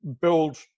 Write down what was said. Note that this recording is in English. build